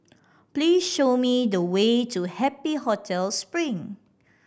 please show me the way to Happy Hotel Spring